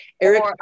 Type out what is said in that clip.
Eric